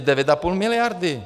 Devět a půl miliardy.